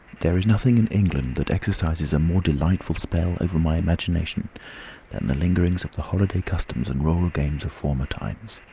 there is nothing in england that exercises a more delightful spell over my imagination than the lingerings of the holiday customs and rural games of former times.